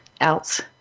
else